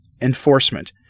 Enforcement